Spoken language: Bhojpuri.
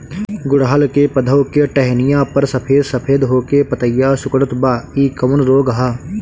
गुड़हल के पधौ के टहनियाँ पर सफेद सफेद हो के पतईया सुकुड़त बा इ कवन रोग ह?